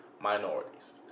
minorities